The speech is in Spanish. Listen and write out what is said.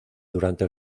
durante